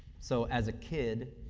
so, as a kid,